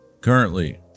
currently